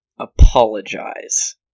Apologize